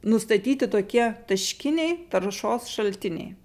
nustatyti tokie taškiniai taršos šaltiniai